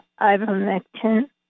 ivermectin